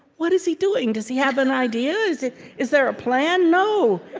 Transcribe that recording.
what is he doing? does he have an idea? is is there a plan? no,